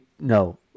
No